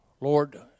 Lord